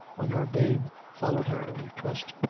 when her babe followed her, we trust,